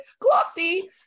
glossy